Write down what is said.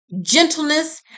gentleness